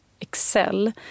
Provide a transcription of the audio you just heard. excel